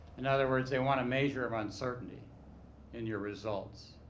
in other words, they want a major of uncertainty in your results.